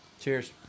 Cheers